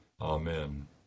Amen